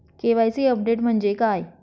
KYC update म्हणजे काय?